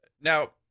Now